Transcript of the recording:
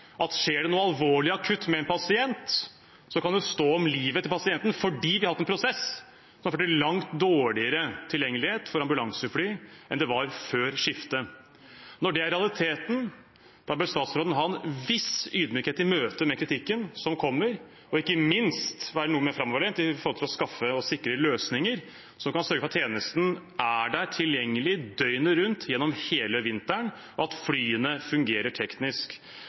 at om det skjer noe alvorlig akutt med en pasient, kan det stå om livet til pasienten fordi vi har hatt en prosess som har ført til langt dårligere tilgjengelighet for ambulansefly enn det var før skiftet. Når det er realiteten, bør statsråden ha en viss ydmykhet i møte med kritikken som kommer, og ikke minst være noe mer framoverlent når det gjelder å skaffe og sikre løsninger som kan sikre at tjenesten er tilgjengelig døgnet rundt gjennom hele vinteren, og at flyene fungerer teknisk.